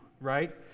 right